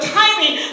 timing